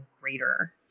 greater